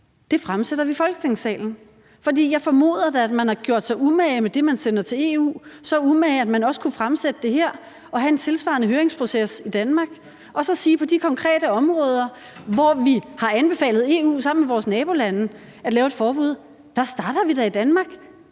EU, fremsætter vi i Folketingssalen. For jeg formoder da, at man har gjort sig umage med det, man sender til EU – så stor umage, at man også kunne fremsætte det her og have en tilsvarende høringsproces i Danmark og så sige, at på de konkrete områder, hvor vi sammen med vores nabolande har anbefalet EU at lave et forbud, starter vi da i Danmark.